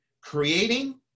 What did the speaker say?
Creating